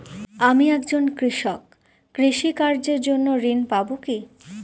আমি একজন কৃষক কৃষি কার্যের জন্য ঋণ পাব কি?